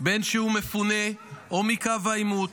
בין שהוא מפונה ובין שהוא מקו העימות,